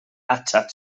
atat